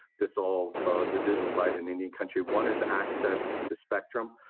this all the digital divide in indian country. one is access to spectrum,